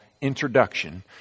introduction